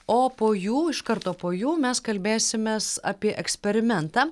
o po jų iš karto po jų mes kalbėsimės apie eksperimentą